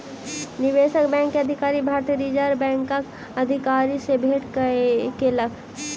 निवेशक बैंक के अधिकारी, भारतीय रिज़र्व बैंकक अधिकारी सॅ भेट केलक